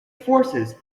forces